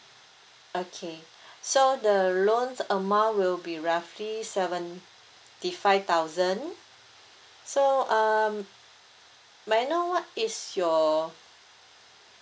okay so the loan amount will be roughly seventy five thousand so um may I know what is your